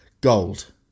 Gold